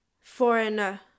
foreigner